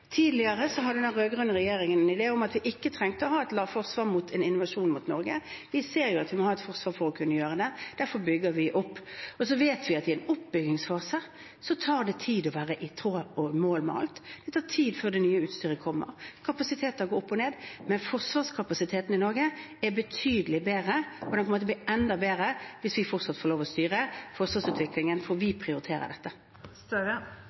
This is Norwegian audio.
Tidligere hadde den rød-grønne regjeringen en idé om at vi ikke trengte å ha et lavforsvar mot en invasjon mot Norge. Vi ser at vi må ha et forsvar for å kunne gjøre det. Derfor bygger vi opp. Så vet vi at i en oppbyggingsfase tar det tid å være i tråd med og i mål med alt. Det tar tid før det nye utstyret kommer. Kapasiteter går opp og ned, men forsvarskapasiteten i Norge er betydelig bedre, og den kommer til å bli enda bedre hvis vi fortsatt får lov å styre forsvarsutviklingen, for